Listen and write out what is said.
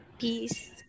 Peace